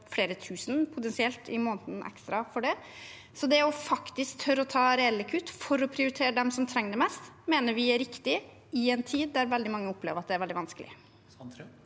flere tusen ekstra i måneden. Så det å faktisk tørre å ta reelle kutt for å prioritere dem som trenger det mest, mener vi er riktig i en tid der veldig mange opplever at det er veldig vanskelig.